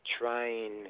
trying